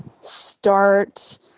start